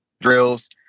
drills